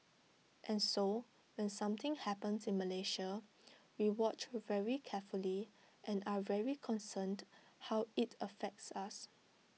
and so when something happens in Malaysia we watch very carefully and are very concerned how IT affects us